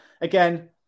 again